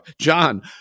John